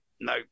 no